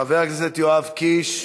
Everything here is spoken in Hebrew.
חבר הכנסת יואב קיש,